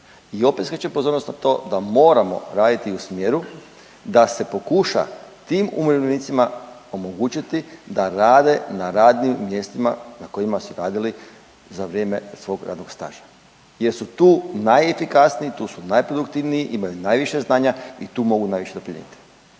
i opet skrećem pozornost na to da moramo raditi u smjeru da se pokuša tim umirovljenicima omogućiti da rade na radnim mjestima na kojima su radili za vrijeme svog radnog staža jer su tu najefikasniji, tu su najproduktivniji, imaju najviše znanja i tu mogu najviše doprinijeti.